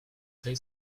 say